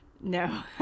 No